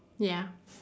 ya